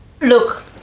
look